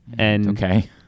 Okay